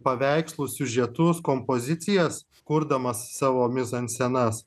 paveikslų siužetus kompozicijas kurdamas savo mizanscenas